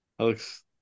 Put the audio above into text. Alex